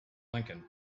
lincoln